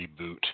reboot